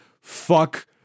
fuck